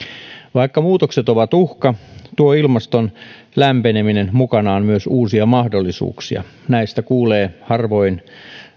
vaikka muutokset ovat uhka tuo ilmaston lämpeneminen mukanaan myös uusia mahdollisuuksia näistä kuulee harvoin